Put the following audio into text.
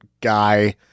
guy